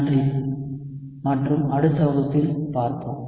நன்றி மற்றும் அடுத்த வகுப்பில் பார்ப்போம்